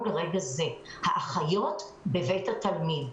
האחיות כרגע בבית התלמיד.